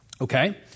okay